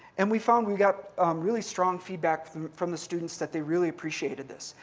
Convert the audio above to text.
and we found we got really strong feedback from the students that they really appreciated this.